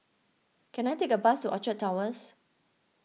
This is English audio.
can I take a bus to Orchard Towers